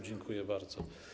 Dziękuję bardzo.